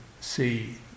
see